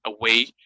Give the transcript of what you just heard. away